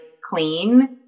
clean